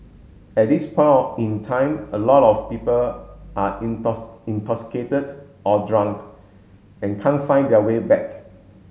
at this point in time a lot of people are intoxicated or drunk and can't find their way back